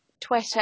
Twitter